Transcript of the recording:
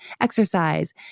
exercise